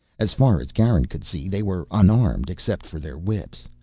as far as garin could see they were unarmed except for their whips.